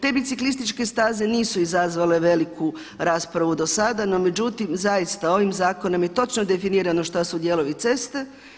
Te biciklističke staze nisu izazvale veliku raspravu do sada, no međutim zaista ovim zakonom je točno definirano šta su dijelovi ceste.